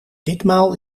ditmaal